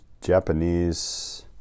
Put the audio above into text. Japanese